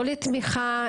לא לתמיכה,